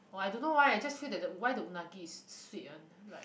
!wah! I don't know why I just feel that that why the unagi is sweet one like